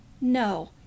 no